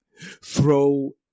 Throw